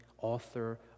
author